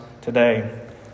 today